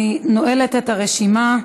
אני נועלת את הרשימה.